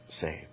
saved